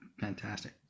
Fantastic